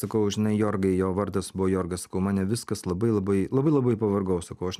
sakau žinai jorgai jo vardas buvo jorgas sakau mane viskas labai labai labai labai pavargau aš sakau aš